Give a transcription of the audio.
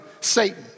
Satan